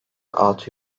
altı